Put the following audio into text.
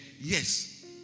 Yes